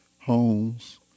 homes